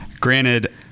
granted